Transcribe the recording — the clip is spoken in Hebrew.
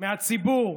מהציבור,